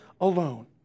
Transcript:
alone